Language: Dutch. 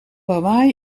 hawaï